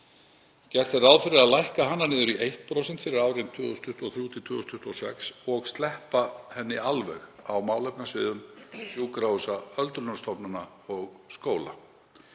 Gert er ráð fyrir að lækka hana niður í 1% fyrir árin 2023–2026 og sleppa henni alveg á málefnasviðum sjúkrahúsa, öldrunarstofnana og skóla.